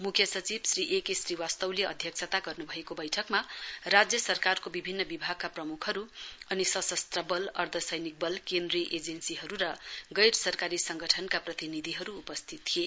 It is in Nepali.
मुख्य सचिव श्री एके श्रीवास्तवले अध्यक्षता गर्नु भएको बैठकमा राज्य सरकारको विभिन्न विभागका प्रमुखहरू अनि सशस्त्र बल अर्ध सैनिक बल केन्द्रीय एजेन्सीहरू र गैर सरकारी सङ्गठनका प्रतिनिधिहरू उपस्थित थिए